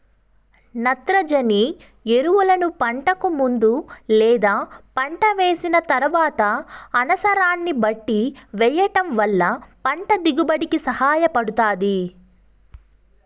నత్రజని ఎరువులను పంటకు ముందు లేదా పంట వేసిన తరువాత అనసరాన్ని బట్టి వెయ్యటం వల్ల పంట దిగుబడి కి సహాయపడుతాది